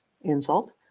insult